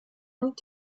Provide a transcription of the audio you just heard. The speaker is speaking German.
und